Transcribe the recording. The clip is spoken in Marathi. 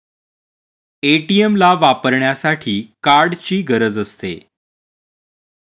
ए.टी.एम ला वापरण्यासाठी कार्डची गरज असते